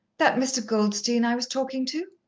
that mr. goldstein i was talking to.